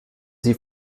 sie